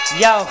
yo